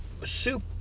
soup